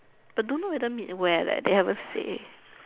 I don't know whether meet where leh they haven't say